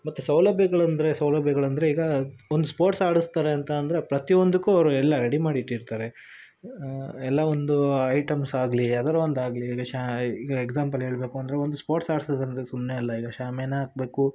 ಮತ್ತು ಸೌಲಭ್ಯಗಳಂದರೆ ಸೌಲಭ್ಯಗಳಂದರೆ ಈಗ ಒಂದು ಸ್ಪೋರ್ಟ್ಸ್ ಆಡಿಸ್ತಾರೆ ಅಂತ ಅಂದರೆ ಪ್ರತಿಯೊಂದಕ್ಕೂ ಅವ್ರು ಎಲ್ಲ ರೆಡಿ ಮಾಡಿಟ್ಟಿರ್ತಾರೆ ಎಲ್ಲ ಒಂದು ಐಟಮ್ಸಾಗಲಿ ಯಾವ್ದಾರು ಒಂದು ಆಗಲಿ ಈಗ ಶಾ ಈಗ ಎಕ್ಸಾಂಪಲ್ ಹೇಳಬೇಕು ಅಂದರೆ ಒಂದು ಸ್ಪೋರ್ಟ್ಸ್ ಆಡ್ಸದು ಅಂದರೆ ಸುಮ್ಮನೆ ಅಲ್ಲ ಈಗ ಶಾಮಿಯಾನ ಹಾಕ್ಬೇಕು